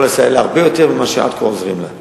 לסייע לה הרבה יותר מאשר עד כה עזרו לה.